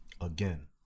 again